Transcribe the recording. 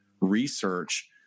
research